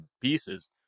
pieces